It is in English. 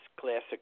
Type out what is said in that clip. classic